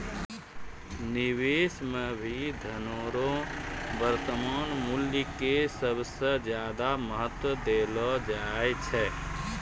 निवेश मे भी धनो रो वर्तमान मूल्य के सबसे ज्यादा महत्व देलो जाय छै